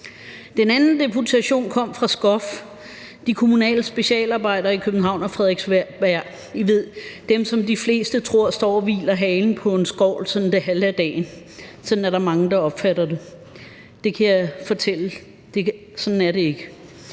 Den anden deputation kom fra SKOF, de kommunale specialarbejdere i København og på Frederiksberg – I ved, dem, som de fleste tror står og hviler halen på en skovl sådan det halve af dagen. Sådan er der mange der opfatter dem; sådan er det ikke,